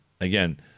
again